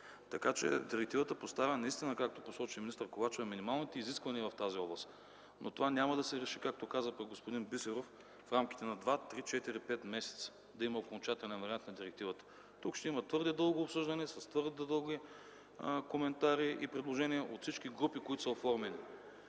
Директивата поставя наистина, както посочи министър Ковачева, минималните изисквания в тази област, но това няма да се реши, както каза пък господин Бисеров, в рамките на 2-3-4-5 месеца, да има окончателен вариант на директивата. Тук ще има твърде дълго обсъждане с твърде дълги коментари и предложения от всички групи, които са оформени,